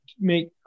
make